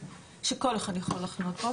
שכל אחד יכול להחנות בה,